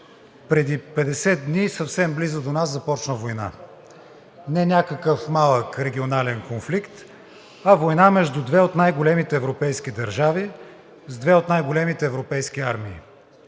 Преди 50 дни съвсем близо до нас започна война. Не някакъв малък регионален конфликт, а война между две от най-големите европейски държави, с две от най-големите европейски армии.